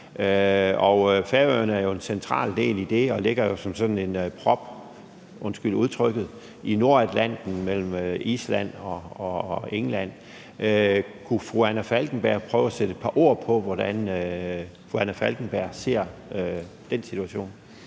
Færøerne er en central del af det og ligger jo som sådan en prop – undskyld udtrykket – i Nordatlanten mellem Island og England. Kunne fru Anna Falkenberg prøve at sætte et par ord på, hvordan fru Anna Falkenberg ser den situation?